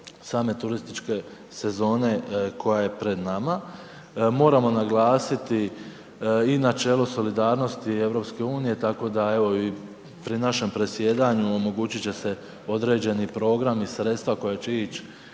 same turističke sezona koja je pred nama. Moramo naglasiti i načelo solidarnosti EU, tako da evo i pri našem predsjedanju, omogućit će se određeni programi, sredstva koja će ići